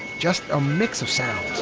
just a mix of sounds.